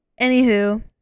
Anywho